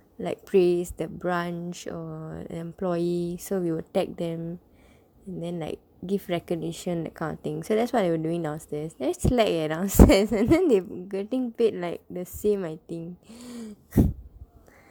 like praise the branch or employee so we'll tag them then like give recognition that kind of thing so that's what they were doing downstairs damn slack leh downstairs and then they getting paid like the same I think